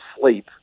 sleep